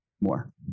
more